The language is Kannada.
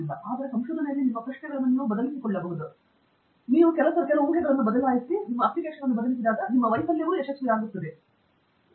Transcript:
ಆದ್ದರಿಂದ ಆಗಾಗ್ಗೆ ಆ ಸಮಯದಲ್ಲಿ ಜನರು ತಪ್ಪಿಸಿಕೊಳ್ಳುತ್ತಾರೆ ನೀವು ಕೆಲವು ಊಹೆಗಳನ್ನು ಬದಲಾಯಿಸುತ್ತೀರಿ ನೀವು ಅಪ್ಲಿಕೇಶನ್ ಅನ್ನು ಬದಲಿಸಿದರೆ ನಿಮ್ಮ ವೈಫಲ್ಯವೂ ಯಶಸ್ವಿಯಾಗಲು ನೀವು ಅನೇಕ ವಿಷಯಗಳನ್ನು ಬದಲಾಯಿಸಬಹುದು